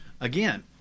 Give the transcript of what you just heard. Again